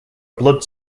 blood